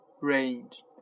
Range